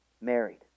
married